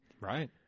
Right